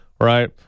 right